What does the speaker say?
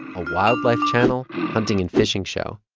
a wildlife channel, hunting and fishing show.